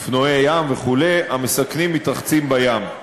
אופנועי ים וכו' המסכנים מתרחצים בים.